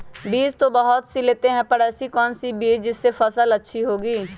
बीज तो बहुत सी लेते हैं पर ऐसी कौन सी बिज जिससे फसल अच्छी होगी?